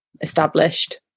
established